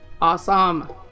awesome